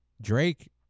Drake